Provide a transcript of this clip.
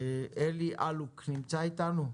אלי אלוק נמצא איתנו?